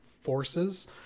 forces